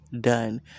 done